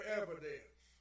evidence